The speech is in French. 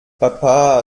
papa